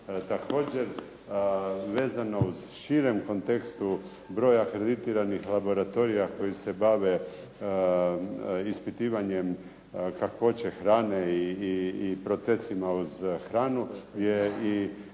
Također vezano u širem kontekstu broja akreditiranih laboratorija koji se bave ispitivanjem kakvoće hrane i procesima uz hranu je i